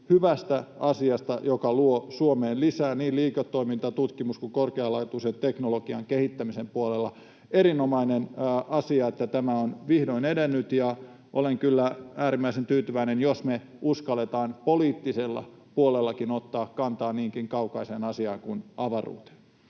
hyvästä asiasta, joka luo Suomeen lisää niin liiketoiminta-, tutkimus- kuin korkealaatuisen teknologian kehittämisen puolella. Erinomainen asia, että tämä on vihdoin edennyt. Olen kyllä äärimmäisen tyytyväinen, jos me uskalletaan poliittisellakin puolella ottaa kantaa niinkin kaukaiseen asiaan kuin avaruuteen.